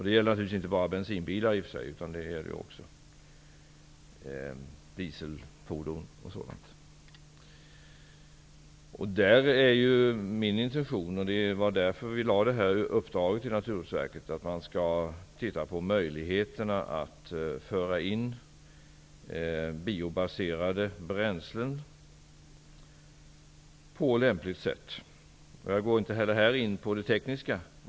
Det gäller naturligtvis inte bara bensinbilar utan också t.ex. dieselfordon. Min intention, och det är därför som vi gav uppdraget till Naturvårdsverket, är att man skall titta på möjligheterna att föra in biobaserade bränslen på lämpligt sätt. Inte heller här går jag in på det tekniska.